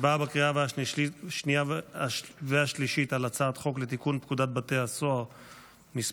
הצבעה בקריאה השנייה והשלישית על הצעת החוק לתיקון פקודת בתי הסוהר (מס'